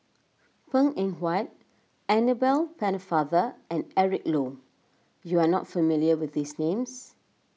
Png Eng Huat Annabel Pennefather and Eric Low you are not familiar with these names